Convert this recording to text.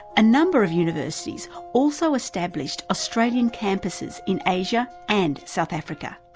a number of universities also established australian campuses in asia and south africa.